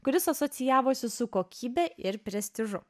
kuris asocijavosi su kokybe ir prestižu